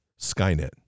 Skynet